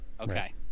Okay